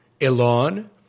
Elon